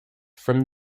from